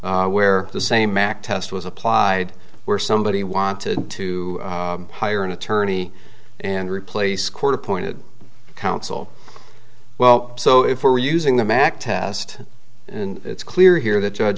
where the same act test was applied where somebody wanted to hire an attorney and replace court appointed counsel well so if we're using the mac test and it's clear here that judge